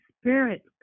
Spirit